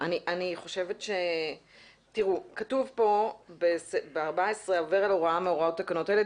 כתוב כאן ב-14,"העובר על הוראה מהוראות תקנות אלה,